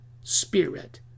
spirit